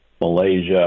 Malaysia